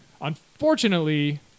Unfortunately